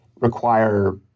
require